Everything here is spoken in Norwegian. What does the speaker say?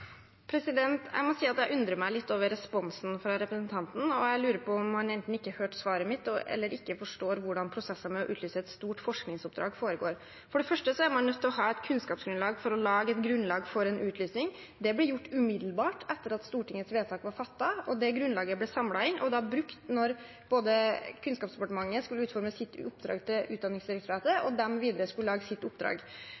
Jeg må si at jeg undrer meg litt over responsen fra representanten, og jeg lurer på om han enten ikke hørte svaret mitt, eller ikke forstår hvordan prosesser med å utlyse et stort forskningsoppdrag foregår. For det første er man nødt til å ha et kunnskapsgrunnlag for å lage et grunnlag for en utlysning. Det ble gjort umiddelbart etter at Stortingets vedtak var fattet, og det grunnlaget ble samlet inn og brukt både da Kunnskapsdepartementet skulle utforme sitt oppdrag til Utdanningsdirektoratet,